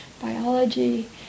biology